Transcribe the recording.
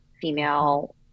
female